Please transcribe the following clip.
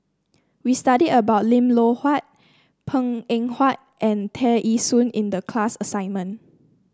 we studied about Lim Loh Huat Png Eng Huat and Tear Ee Soon in the class assignment